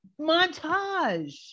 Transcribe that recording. montage